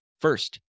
First